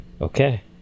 okay